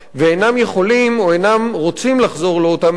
ואינם יכולים או אינם רוצים לחזור לאותה מדינה